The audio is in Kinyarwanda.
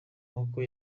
nk’uko